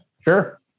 Sure